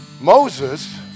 Moses